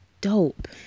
dope